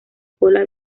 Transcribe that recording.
cola